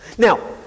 Now